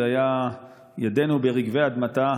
זה היה "ידינו ברגבי אדמתה".